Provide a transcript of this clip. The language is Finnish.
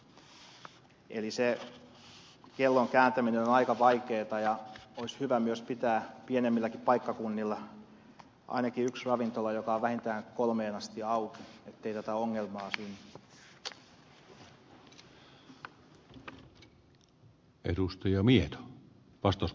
eli se kellon kääntäminen on aika vaikeata ja olisi hyvä myös pitää pienemmilläkin paikkakunnilla ainakin yksi ravintola joka on vähintään kolmeen asti auki ettei tätä ongelmaa synny